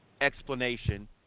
explanation